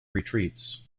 retreats